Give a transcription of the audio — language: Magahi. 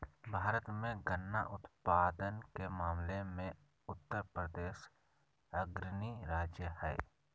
भारत मे गन्ना उत्पादन के मामले मे उत्तरप्रदेश अग्रणी राज्य हय